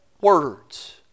words